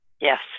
Yes